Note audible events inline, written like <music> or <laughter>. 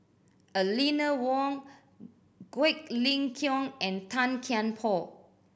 Eleanor Wong <noise> Quek Ling Kiong and Tan Kian Por